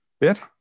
bit